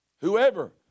Whoever